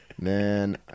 Man